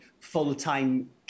full-time